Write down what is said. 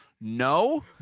no